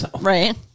Right